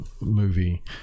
movie